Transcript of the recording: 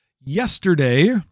yesterday